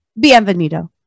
Bienvenido